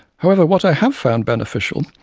however what i have found beneficial,